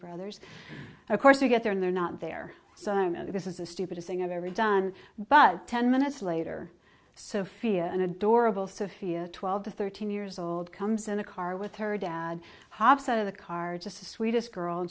brothers of course you get there and they're not there so imo this is the stupidest thing i've ever done but ten minutes later sophia an adorable sophia twelve thirteen years old comes in the car with her dad hops out of the car just the sweetest girl